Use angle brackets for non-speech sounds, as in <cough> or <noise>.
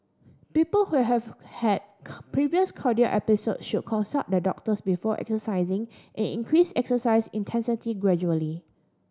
people who have had <unintelligible> previous cardiac episode should consult their doctors before exercising and increase exercise intensity gradually